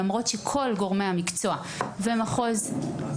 למרות שכל גורמי המקצוע --- (אומרת דברים בשפת הסימנים,